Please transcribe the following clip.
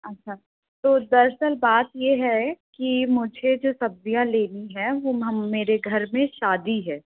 अच्छा तो दरअसल बात यह है की मुझे जो सब्ज़ियाँ लेनी है वो हम मेरे घर में शादी है